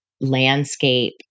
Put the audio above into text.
landscape